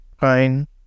fine